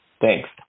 Thanks